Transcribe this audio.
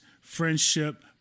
friendship